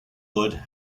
wood